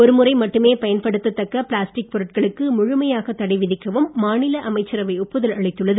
ஒருமுறை மட்டுமே பயன்படுத்தத் தக்க பிளாஸ்டிக் பொருட்களுக்கு முழுமையாக தடை விதிக்கவும் மாநில அமைச்சரவை ஒப்புதல் அளித்துள்ளது